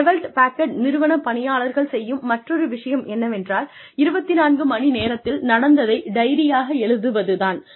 Hewlett Packard நிறுவன பணியாளர்கள் செய்யும் மற்றொரு விஷயம் என்னவென்றால் 24 மணி நேரத்தில் நடந்ததை டைரியாக எழுதுவது தான்